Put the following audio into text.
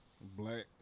black